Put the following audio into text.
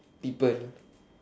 people